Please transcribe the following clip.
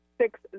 six